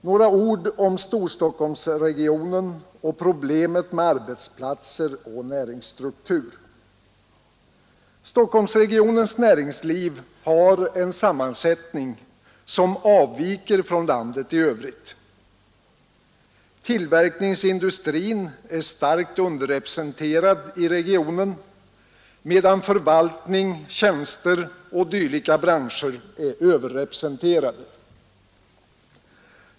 Några ord om Storstockholmsregionen och problemet med arbetsplatser och näringsstruktur. Stockholmsregionens näringsliv har en sammansättning som avviker från landets i övrigt. Tillverkningsin 157 dustrin är starkt underrepresenterad i regionen, medan förvaltning, tjänster och dylika branscher är överrepresenterade.